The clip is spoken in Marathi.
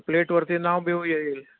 प्लेटवरती नाव बिव येईल